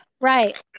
Right